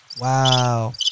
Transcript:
Wow